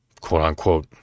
quote-unquote